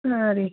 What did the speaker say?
ಹಾಂ ರೀ